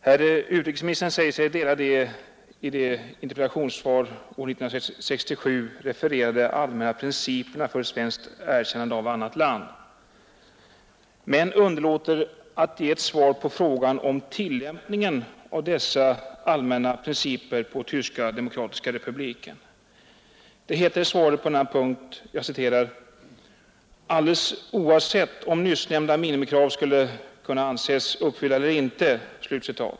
Herr utrikesministern säger sig dela de i ett interpellationssvar år 1967 refererade allmänna principerna för ett svenskt erkännande av annat land. Men han underlåter att ge ett svar på frågan om tillämpningen av dessa allmänna principer på Tyska demokratiska republiken. Det heter i svaret på denna punkt: ”— alldeles oavsett om nyssnämnda minimikrav skulle kunna anses uppfyllda eller inte —”.